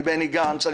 מבני גנץ,